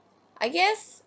I guess